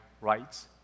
rights